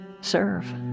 serve